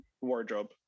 wardrobe